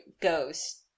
goes